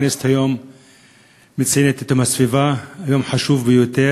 הכנסת מציינת היום את יום הסביבה, יום חשוב ביותר.